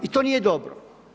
I to nije dobro.